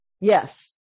Yes